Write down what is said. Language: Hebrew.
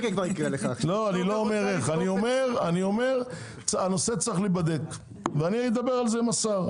אני אומר שהנושא צריך להיבדק ואני אדבר על זה עם השר.